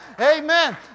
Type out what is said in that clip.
Amen